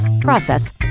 process